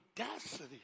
audacity